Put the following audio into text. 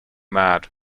mad